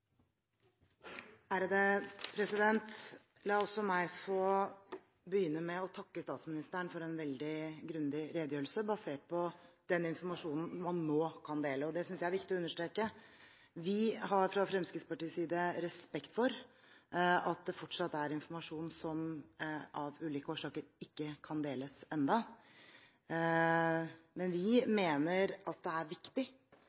La også meg få begynne med å takke statsministeren for en veldig grundig redegjørelse basert på den informasjonen man nå kan dele. Det synes jeg er viktig å understreke. Vi har fra Fremskrittspartiets side respekt for at det fortsatt er informasjon som av ulike årsaker ikke kan deles ennå. Men vi mener det er viktig